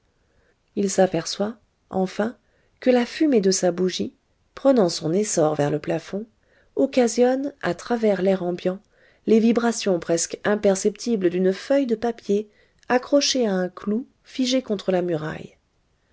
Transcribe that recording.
il s'aperçoit enfin que la fumée de sa bougie prenant son essor vers le plafond occasionne à travers l'air ambiant les vibrations presque imperceptibles d'une feuille de papier accrochée à un clou figé contre la muraille